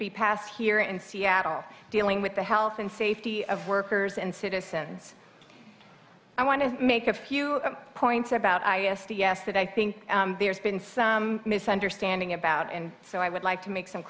be passed here in seattle dealing with the health and safety of workers and citizens i want to make a few points about i s t s that i think there's been some misunderstanding about and so i would like to make some